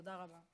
תודה רבה.